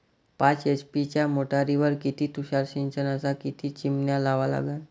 पाच एच.पी च्या मोटारीवर किती तुषार सिंचनाच्या किती चिमन्या लावा लागन?